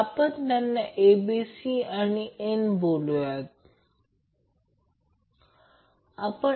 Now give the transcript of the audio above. तर C RL सर्व मूल्ये दिली आहेत ती या मध्ये भरू